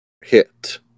hit